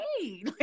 hey